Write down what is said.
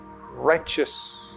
righteous